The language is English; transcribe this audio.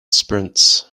sprints